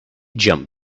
jump